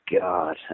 God